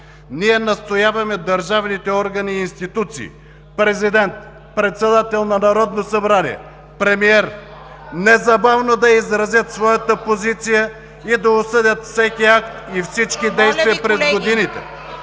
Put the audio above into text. Ние настояваме държавните органи и институции – президент, председател на Народното събрание, премиер, незабавно да изразят своята позиция и да осъдят всеки акт и всички действия през годините…